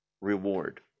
reward